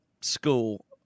school